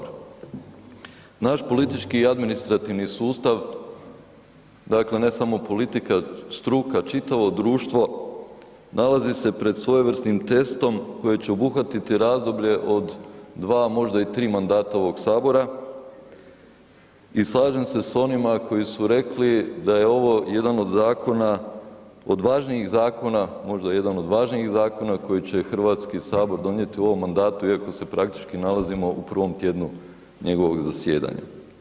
Naš politički i administrativni sustav, dakle, ne samo politika, struka, čitavo društvo nalazi se pred svojevrsnim testom koje će obuhvatiti razdoblje od 2, možda i 3 mandata ovog Sabora i slažem se s onima koji su rekli da je ovo jedan od zakona, od važnijih zakona, možda jedan od važnijih zakona koji će HS donijeti u ovom mandatu, iako se praktički nalazimo u prvom tjednu njegovog zasjedanja.